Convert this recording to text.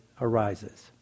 arises